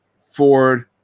Ford